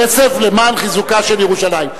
כסף למען חיזוקה של ירושלים.